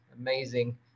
amazing